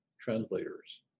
translators